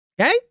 Okay